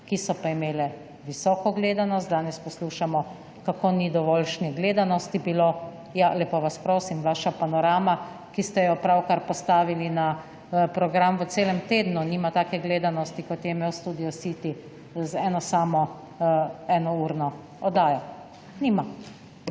ki so pa imele visoko gledanost. Danes poslušamo, kako ni dovoljšne gledanosti bilo. Ja, lepo vas prosim, vaša Panorama, ki ste jo pravkar postavili na program, v celem tednu nima take gledanosti, kot je imel Studio City z eno samo enourno oddajo. Nima.